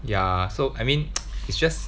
ya so I mean it's just